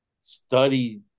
study